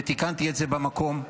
ותיקנתי את זה במקום,